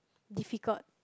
difficult